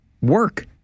work